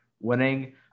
winning